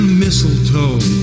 mistletoe